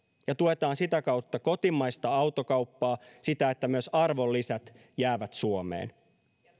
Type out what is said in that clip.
ja tuetaan sitä kautta kotimaista autokauppaa sitä että myös arvonlisät jäävät suomeen